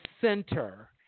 center